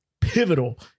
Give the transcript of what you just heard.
pivotal